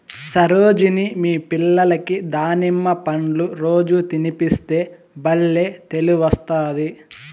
సరోజిని మీ పిల్లలకి దానిమ్మ పండ్లు రోజూ తినిపిస్తే బల్లే తెలివొస్తాది